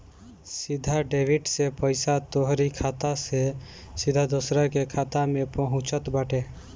सीधा डेबिट से पईसा तोहरी खाता से सीधा दूसरा के खाता में पहुँचत बाटे